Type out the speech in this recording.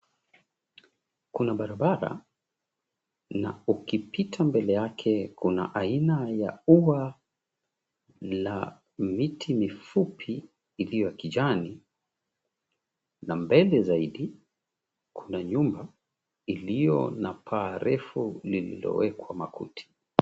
Kuna barabara na ukipita mbele yake kuna aina ya ua la miti mifupi iliyokijani na mbele zaidi kuna nyumba iliyo na paa refu lililowekwa makuti.